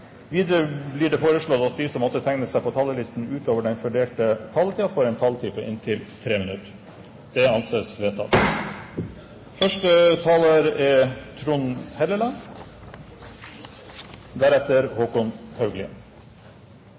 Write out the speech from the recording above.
Videre blir det foreslått at de som måtte tegne seg på talerlisten utover den fordelte taletid, får en taletid på inntil 3 minutter. – Det anses vedtatt. Første taler er